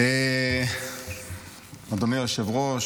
אדוני היושב-ראש,